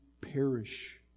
perish